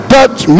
Dutch